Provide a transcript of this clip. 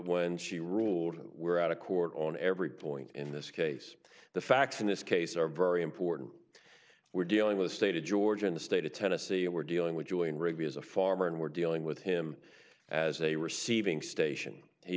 when she ruled we're out of court on every point in this case the facts in this case are very important we're dealing with state of georgia in the state of tennessee we're dealing with julian rigby as a farmer and we're dealing with him as a receiving station he